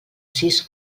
sis